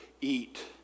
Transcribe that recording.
eat